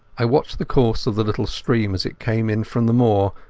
i watched the course of the little stream as it came in from the moor,